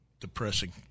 depressing